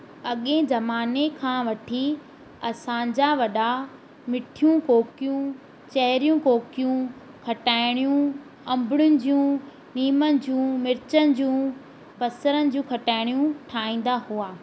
अॻिए जमाने खां वठी असांजा वॾा मिठियूं कोकियूं चैरियूं कोकियूं खटाइणियूं अंबणियूं जूं नीम जूं मिर्चन जूं बसरनि जूं खटाइणियूं ठाहींदा हुआ